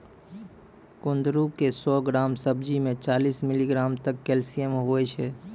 कुंदरू के सौ ग्राम सब्जी मे चालीस मिलीग्राम तक कैल्शियम हुवै छै